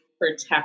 protect